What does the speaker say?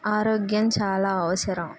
ఆరోగ్యం చాలా అవసరం